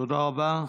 תודה רבה.